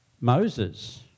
Moses